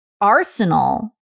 arsenal